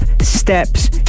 steps